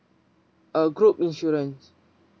oh group insurance